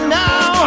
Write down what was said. now